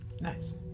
Nice